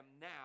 now